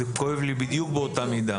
זה כואב לי בדיוק באותה מידה.